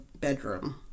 bedroom